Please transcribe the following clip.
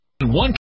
One